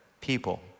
people